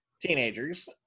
teenagers